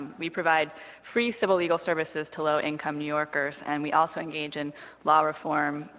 we provide free civil legal services to low-income new yorkers, and we also engage in law reform,